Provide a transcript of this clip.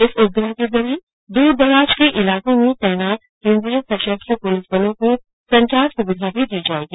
इस उपग्रह के जरिये दूरदराज के ईलाको में तैनात केन्द्रीय सशस्त्र पुलिस बलों को संचार सुविधा भी दी जायेगी